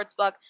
Sportsbook